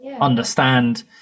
understand